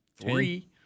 three